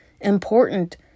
important